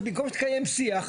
שבמקום שתקיים שיח,